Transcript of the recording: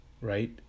right